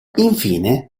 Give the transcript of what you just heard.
infine